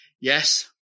Yes